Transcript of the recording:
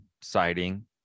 sighting